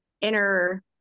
inner